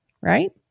right